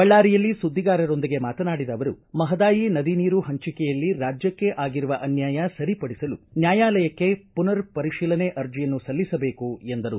ಬಳ್ಳಾರಿಯಲ್ಲಿ ಸುದ್ದಿಗಾರರೊಂದಿಗೆ ಮಾತನಾಡಿದ ಅವರು ಮಹದಾಯಿ ನದಿ ನೀರು ಹಂಚಿಕೆಯಲ್ಲಿ ರಾಜ್ಯಕ್ಕೆ ಆಗಿರುವ ಅನ್ಯಾಯ ಸರಿಪಡಿಸಲು ನ್ಯಾಯಾಲಯಕ್ಕೆ ಪುನರ್ ಪರಿಶೀಲನೆ ಅರ್ಜಿಯನ್ನು ಸಲ್ಲಿಸಬೇಕು ಎಂದರು